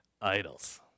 idols